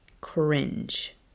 Cringe